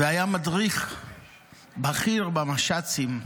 והיה מדריך בכיר במש"צים.